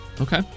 Okay